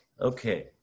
Okay